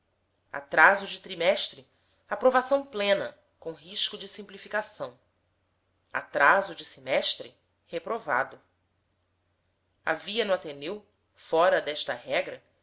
atraso de trimestre aprovação plena com risco de simplificação atraso de semestre reprovado havia no ateneu fora desta regra